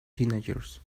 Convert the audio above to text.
teenagers